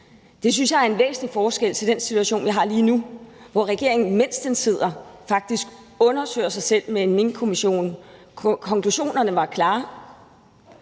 jeg er en væsentlig forskel i forhold til den situation, vi har lige nu, hvor regeringen, mens den sidder, faktisk undersøger sig selv med en Minkkommission. Konklusionerne var klare